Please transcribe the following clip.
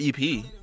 EP